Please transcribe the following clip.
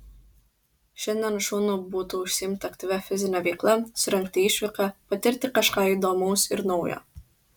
šiandien šaunu būtų užsiimti aktyvia fizine veikla surengti išvyką patirti kažką įdomaus ir naujo